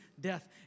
death